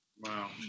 wow